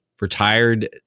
retired